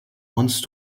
once